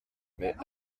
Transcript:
mais